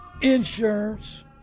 insurance